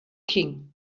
king